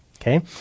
okay